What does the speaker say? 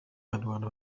abanyarwanda